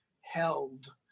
held